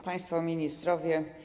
Państwo Ministrowie!